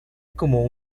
como